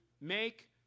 make